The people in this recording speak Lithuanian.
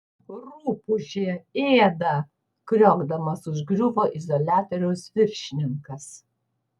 rupūžė ėda kriokdamas užgriuvo izoliatoriaus viršininkas